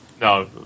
No